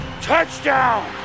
Touchdown